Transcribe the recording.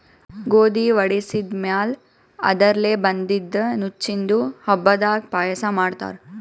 ಗೋಧಿ ವಡಿಸಿದ್ ಮ್ಯಾಲ್ ಅದರ್ಲೆ ಬಂದಿದ್ದ ನುಚ್ಚಿಂದು ಹಬ್ಬದಾಗ್ ಪಾಯಸ ಮಾಡ್ತಾರ್